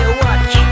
watch